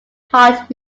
heart